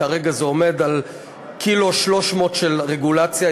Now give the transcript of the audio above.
כרגע זה עומד על קילו 300 של רגולציה.